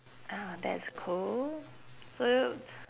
oh that's cool so y~